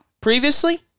Previously